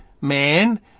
man